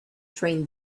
train